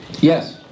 yes